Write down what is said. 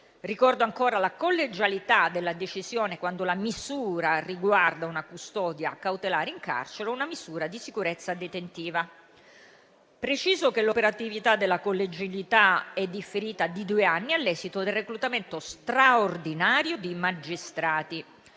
Ricordo ancora la collegialità della decisione quando la misura riguarda una custodia cautelare in carcere o una misura di sicurezza detentiva. Preciso che l'operatività della collegialità è differita di due anni all'esito del reclutamento straordinario di magistrati.